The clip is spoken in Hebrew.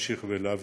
להמשיך ולהיאבק.